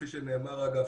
כפי שנאמר אגב,